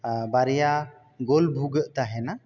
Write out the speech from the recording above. ᱵᱟᱨᱭᱟ ᱜᱳᱞ ᱵᱷᱩᱜᱟᱹᱜ ᱛᱟᱦᱮᱱᱟ